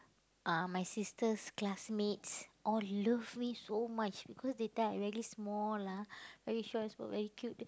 ah my sister's classmates all love me so much because that time I very small lah very short and small very cute